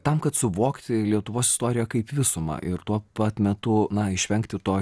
tam kad suvokti lietuvos istoriją kaip visumą ir tuo pat metu na išvengti to